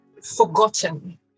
forgotten